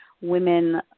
women